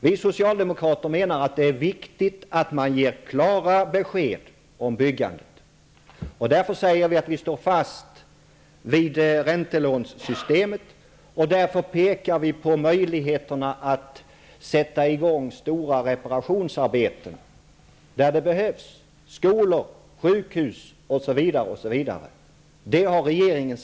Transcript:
Vi socialdemokrater menar att det är viktigt att klara besked ges om byggandet. Därför säger vi att vi står fast vid räntelånesystemet. Således pekar vi på de möjligheter som finns när det gäller att sätta i gång stora reparationsarbeten där sådana behövs. Det gäller skolor, sjukhus osv. Men regeringen har sagt nej.